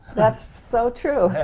that's so true,